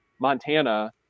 Montana